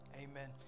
Amen